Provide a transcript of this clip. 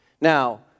Now